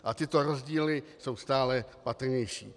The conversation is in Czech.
A tyto rozdíly jsou stále patrnější.